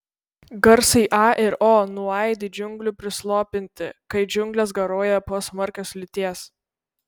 garsai a ir o nuaidi džiunglių prislopinti kai džiunglės garuoja po smarkios liūties